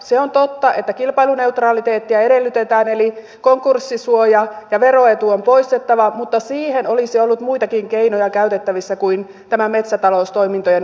se on totta että kilpailuneutraliteettia edellytetään eli konkurssisuoja ja veroetu on poistettava mutta siihen olisi ollut muitakin keinoja käytettävissä kuin tämä metsätaloustoimintojen osakeyhtiöittäminen